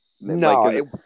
No